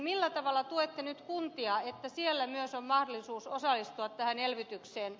millä tavalla tuette nyt kuntia että siellä myös on mahdollisuus osallistua tähän elvytykseen